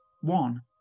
One